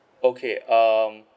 okay um